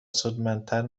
سودمندتر